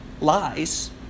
lies